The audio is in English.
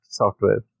software